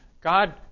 God